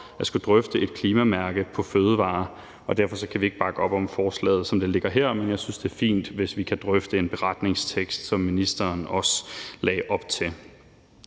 at skulle drøfte et klimamærke på fødevarer, og derfor kan vi ikke bakke op om forslaget, som det ligger her. Men jeg synes, det er fint, hvis vi kan drøfte en beretningstekst, hvad ministeren også lagde op til.